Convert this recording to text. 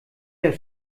der